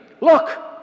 Look